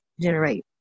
generate